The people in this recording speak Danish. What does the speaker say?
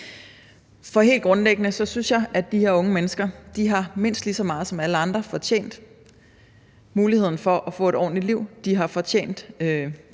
Helt grundlæggende synes jeg, at de her unge mennesker mindst lige så meget som alle andre har fortjent muligheden for at få et ordentligt liv. De har fortjent